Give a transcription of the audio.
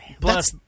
Plus